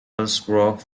hillsborough